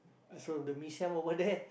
so the Mee-Siam over there